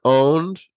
owned